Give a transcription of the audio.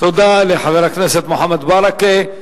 תודה לחבר הכנסת מוחמד ברכה.